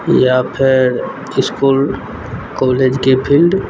या फेर इसकुल कॉलेजके फील्ड